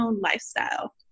lifestyle